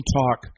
talk